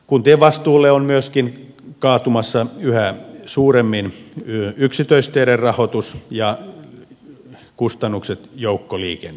kuntien vastuulle ovat myöskin kaatumassa yhä suuremmin yksityisteiden rahoitus ja kustannukset joukkoliikenteestä